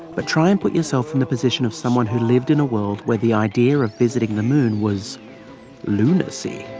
but try and put yourself in the position of someone who lived in a world where the idea of visiting the moon was lunacy.